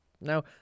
Now